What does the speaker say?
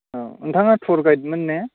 औ नोंथाङा टुर गाइडमोन ने